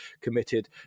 committed